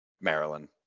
Maryland